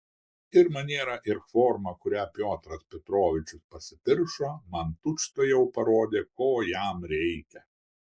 ir maniera ir forma kuria piotras petrovičius pasipiršo man tučtuojau parodė ko jam reikia